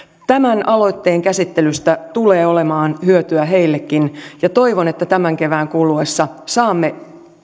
tämän aloitteen käsittelystä tulee olemaan hyötyä heillekin ja toivon että tämän kevään kuluessa saamme